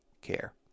care